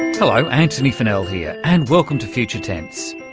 hello, antony funnell here, and welcome to future tense.